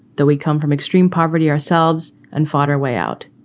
though we come from extreme poverty ourselves and fought our way out.